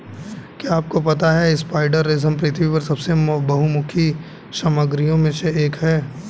क्या आपको पता है स्पाइडर रेशम पृथ्वी पर सबसे बहुमुखी सामग्रियों में से एक है?